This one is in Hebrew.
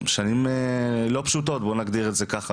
שנים לא פשוטות, בואו נגדיר את זה ככה.